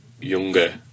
younger